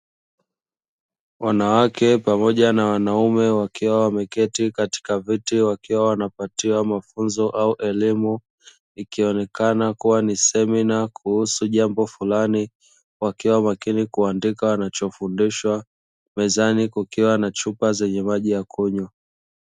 Wanawake pamoja na wanaume wakiwa wameketi katika viti, wakiwa wanapatiwa mafunzo au elimu, ikionekana kuwa ni semina kuhusu jambo fulani, wakiwa makini kuandika wanachofundishwa, mezani kukiwa na chupa zenye maji ya kunywa.